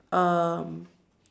um